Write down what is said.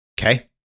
Okay